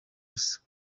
gusa